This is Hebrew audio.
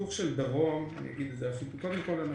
קודם כול,